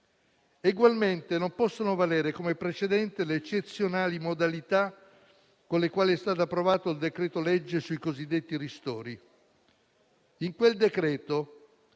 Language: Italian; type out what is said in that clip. Egualmente non possono valere come precedente le eccezionali modalità con le quali è stato approvato il decreto-legge sui cosiddetti ristori. In quel